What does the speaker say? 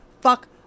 fuck